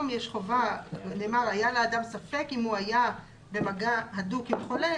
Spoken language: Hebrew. נאמר "היה לאדם ספק אם הוא היה במגע הדוק עם חולה,